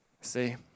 See